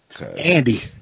Andy